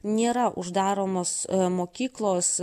nėra uždaromos mokyklos